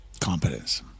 Competence